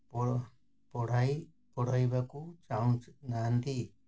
ପଢ଼ାଇ ପଢ଼ାଇବାକୁ ଚାହୁଁ ନାହାନ୍ତି